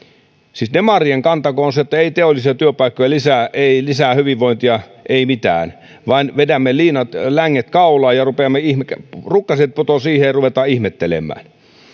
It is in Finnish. siis demarien kantako on se ettei teollisia työpaikkoja lisää ei lisää hyvinvointia ei mitään että vedämme vain länget kaulaan ja rukkaset putoavat siihen ja ruvetaan ihmettelemään